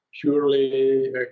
purely